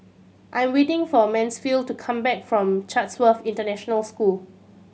I am waiting for Mansfield to come back from Chatsworth International School